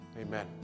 amen